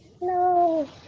No